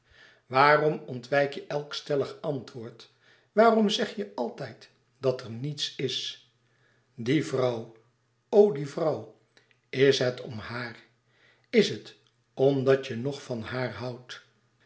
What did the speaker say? waarom ontwijk je elk stellig antwoord waarom zeg je altijd dat er niets is die vrouw o die vrouw is het om haar is het omdat je nog van haar houdt